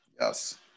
yes